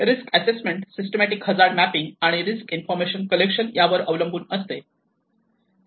risk assessment systematic hazard mapping आणि risk information collection यावर अवलंबून असते